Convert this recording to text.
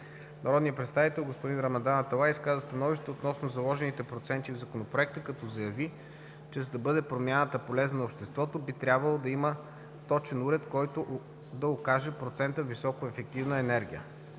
Народният представител господин Рамадан Аталай изказа становище относно заложените проценти в Законопроекта, като заяви, че за да бъде промяната полезна на обществото, би трябвало да има точен уред, който да укаже процента високоефективна енергия.